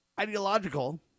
ideological